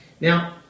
Now